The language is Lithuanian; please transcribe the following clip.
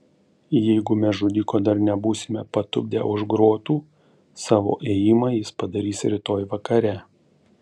jeigu mes žudiko dar nebūsime patupdę už grotų savo ėjimą jis padarys rytoj vakare